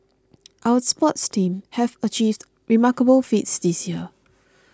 our sports teams have achieved remarkable feats this year